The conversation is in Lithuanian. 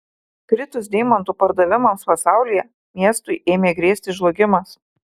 kritus deimantų pardavimams pasaulyje miestui ėmė grėsti žlugimas